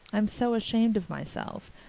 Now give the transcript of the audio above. i'm so ashamed of myself.